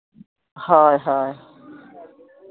ᱦᱳᱭ ᱦᱳᱭ